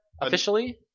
officially